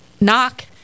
knock